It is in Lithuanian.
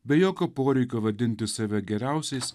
be jokio poreikio vadinti save geriausiais